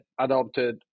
adopted